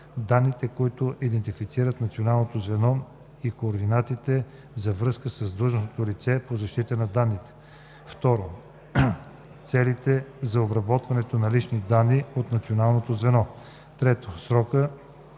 данните, които идентифицират Националното звено и координатите за връзка с длъжностното лице по защита на данните; 2. целите за обработването на лични данни от Националното звено; 3. срока,